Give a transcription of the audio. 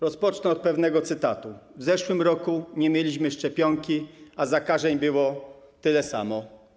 Rozpocznę od pewnego cytatu: „W zeszłym roku nie mieliśmy szczepionki, a zakażeń było tyle samo.